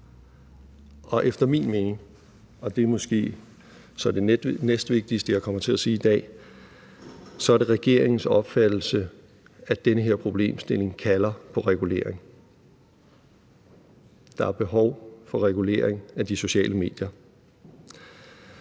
efter min mening – og det er måske så det næstvigtigste, jeg kommer til at sige i dag – er det regeringens opfattelse, at den her problemstilling kalder på regulering. Der er behov for regulering af de sociale medier.